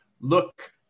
Look